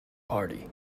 party